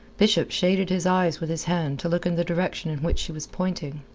bishop shaded his eyes with his hand to look in the direction in which she was pointing.